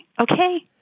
Okay